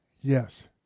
Yes